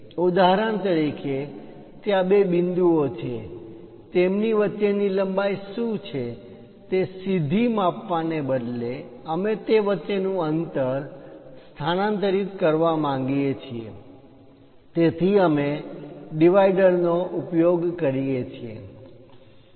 ઉદાહરણ તરીકે ત્યાં બે બિંદુઓ છે તેની વચ્ચેની લંબાઈ શું છે તે સીધી માપવાને બદલે અમે તે વચ્ચેનું અંતર સ્થાનાંતરિત કરવા માંગીએ છીએ તેથી અમે ડિવાઈડર નો વિભાજક નો ઉપયોગ કરીએ